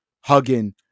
hugging